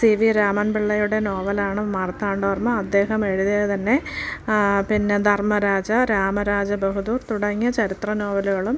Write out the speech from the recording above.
C V രാമൻപിള്ളയുടെ നോവലാണ് മാർത്തണ്ഡ വർമ്മ അദ്ദേഹം എഴുതിയത് തന്നെയാണ് പിന്നെ ധർമ്മരാജ രാമരാജ ബഹ്ദൂർ തുടങ്ങിയ ചരിത്ര നോവലുകളും